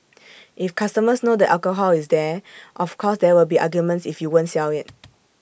if customers know the alcohol is there of course there will be arguments if you won't sell IT